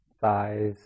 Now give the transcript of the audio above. thighs